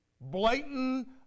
blatant